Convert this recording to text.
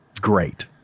Great